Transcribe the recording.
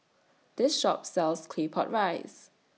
This Shop sells Claypot Rice